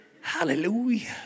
Hallelujah